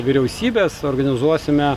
vyriausybės suorganizuosime